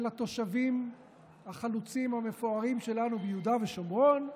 התושבים החלוצים המפוארים שלנו ביהודה ושומרון לאומנות,